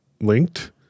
linked